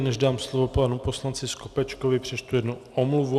Než dám slovo panu poslanci Skopečkovi, přečtu jednu omluvu.